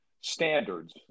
standards